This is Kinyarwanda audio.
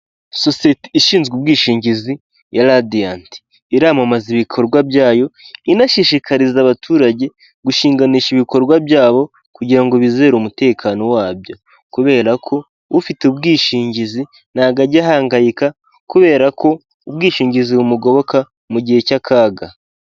Sosiyete ishinzwe ubwishingizi ya Radiyanti, iramamaza ibikorwa byayo, inashishikariza abaturage, gushinganisha ibikorwa byabo kugira ngo bizere umutekano wabyo kubera ko ufite ubwishingizi ntago ajya ahangayika kubera ko ubwishingizi bumugoboka mu gihe cy'akaga.